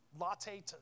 latte